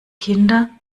kinder